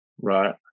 Right